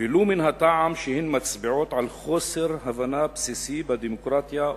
ולו מן הטעם שהן מצביעות על חוסר הבנה בסיסי בדמוקרטיה,